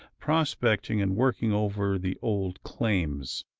prospecting, and working over the old claims